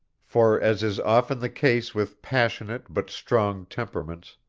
for, as is often the case with passionate but strong temperaments,